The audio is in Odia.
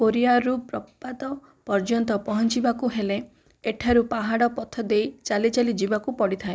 କୋରିଆରୁ ପ୍ରପାତ ପର୍ଯ୍ୟନ୍ତ ପହଞ୍ଚିବାକୁ ହେଲେ ଏଠାରୁ ପାହାଡ଼ ପଥ ଦେଇ ଚାଲିଚାଲି ଯିବାକୁ ପଡ଼ିଥାଏ